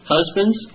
Husbands